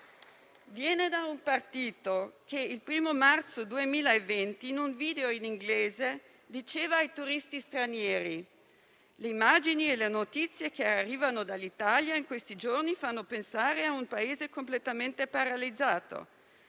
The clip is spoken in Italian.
viene da un partito che il 1° marzo 2020, in un video in inglese, diceva ai turisti stranieri: «Le immagini e le notizie che arrivano dall'Italia in questi giorni fanno pensare a un Paese completamente paralizzato